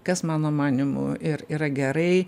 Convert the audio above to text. kas mano manymu ir yra gerai